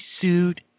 suit